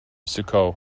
sukkot